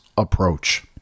approach